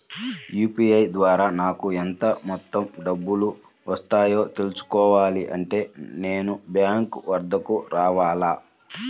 UPI ద్వారా నాకు ఎంత మొత్తం డబ్బులు వచ్చాయో తెలుసుకోవాలి అంటే నేను బ్యాంక్ వద్దకు రావాలా?